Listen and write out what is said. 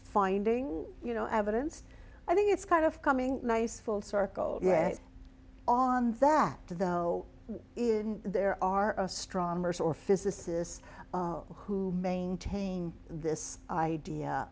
finding you know evidence i think it's kind of coming nice full circle yet on that though is there are a strong person or physicists who maintain this